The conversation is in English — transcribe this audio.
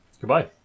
Goodbye